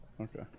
Okay